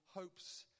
hopes